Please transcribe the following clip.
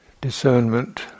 discernment